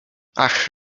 ach